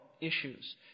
Issues